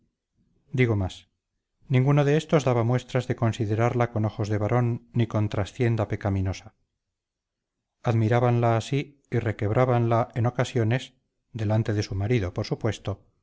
digo más ninguno de éstos daba muestras de considerarla con ojos de varón ni con trastienda pecaminosa admirábanla sí y requebrábanla en ocasiones delante de su marido por supuesto